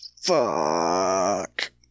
fuck